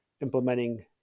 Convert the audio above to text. implementing